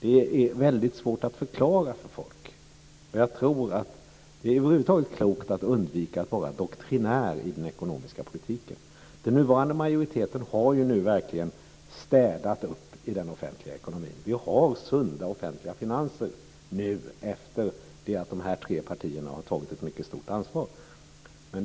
Det är väldigt svårt att förklara för folk. Jag tror att det över huvud taget är klokt att undvika att vara doktrinär i den ekonomiska politiken. Den nuvarande majoriteten har ju verkligen städat upp i den offentliga ekonomin. Vi har sunda offentliga finanser nu efter det att de här tre partierna har tagit ett mycket stort ansvar.